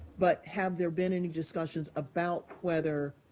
but have there been any discussions about whether,